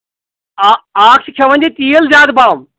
اَ اَکھ چھِ کھٮ۪وان یہِ تیٖل زیادٕ پَہم